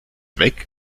weg